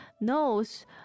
knows